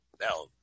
Now